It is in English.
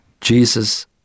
Jesus